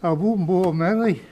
abu buvo menai